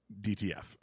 DTF